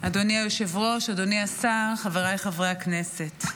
אדוני היושב-ראש, אדוני השר, חבריי חברי הכנסת,